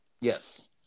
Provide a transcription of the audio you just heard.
Yes